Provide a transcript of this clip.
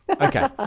Okay